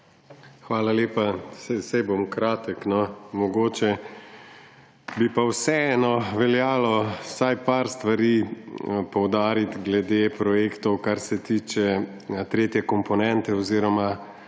Hvala lepa. Saj bom kratek, no. Mogoče bi pa vseeno veljalo vsaj par stvari poudariti glede projektov, kar se tiče tretje komponente oziroma